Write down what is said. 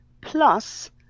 plus